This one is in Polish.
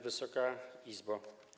Wysoka Izbo!